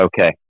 okay